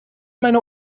meine